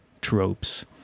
tropes